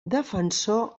defensor